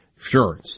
Sure